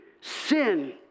sin